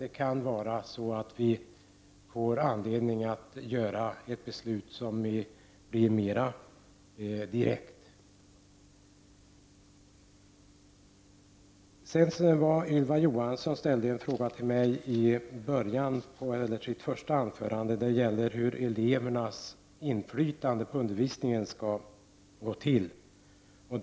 Vi kan få anledning att fatta ett mer direkt beslut. Ylva Johansson ställde i sitt första anförande en fråga till mig om hur elevernas inflytande på undervisningen skall utformas.